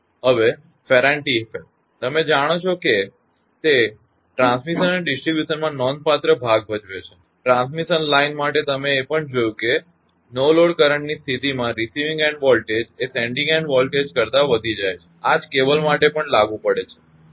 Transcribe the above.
હવે Ferranti effect તમે જાણો છો કે તે ટ્રાન્સમિશન અને ડિસ્ટ્રીબ્યુશન માં નોંધપાત્ર ભાગ ભજવે છે ટ્રાન્સમિશન લાઇન માટે તમે એ પણ જોયું છે કે નો લોડની સ્થિતીમાં રિસીવીંગ એન્ડ વોલ્ટેજ એ સેન્ડીંગ એન્ડ વોલ્ટેજ કરતા વધી જાય છે આ જ કેબલ માટે પણ લાગુ પડે છે